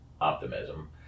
optimism